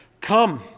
come